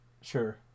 sure